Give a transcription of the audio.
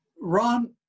Ron